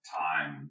time